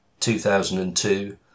2002